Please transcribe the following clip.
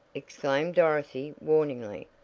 exclaimed dorothy warningly,